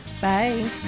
Bye